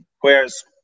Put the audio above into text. whereas